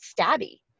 stabby